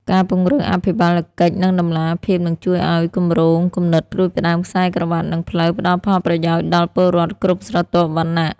ការពង្រឹងអភិបាលកិច្ច និងតម្លាភាព នឹងជួយឱ្យគម្រោង គំនិតផ្ដួចផ្ដើមខ្សែក្រវាត់ និងផ្លូវ ផ្ដល់ផលប្រយោជន៍ដល់ពលរដ្ឋគ្រប់ស្រទាប់វណ្ណៈ។